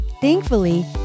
Thankfully